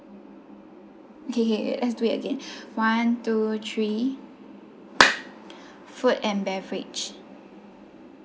okay K let's do it again one two three food and beverage